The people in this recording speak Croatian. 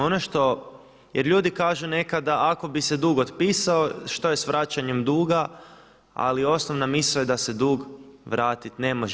Ono što, jer ljudi kažu nekada ako bi se dug otpisao što je s vraćanjem duga, ali osnovna misao je da se dug vratit ne može.